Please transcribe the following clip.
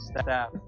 staff